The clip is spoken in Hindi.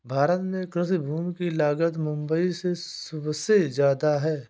भारत में कृषि भूमि की लागत मुबई में सुबसे जादा है